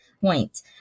point